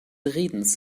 redens